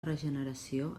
regeneració